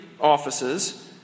offices